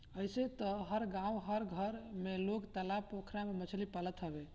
अइसे तअ हर गांव घर में लोग तालाब पोखरा में मछरी पालत हवे